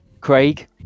Craig